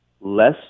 less